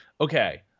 okay